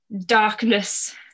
darkness